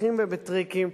בתככים ובטריקים,